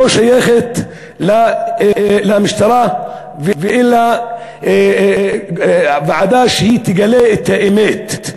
שלא שייכת למשטרה, ועדה שתגלה את האמת.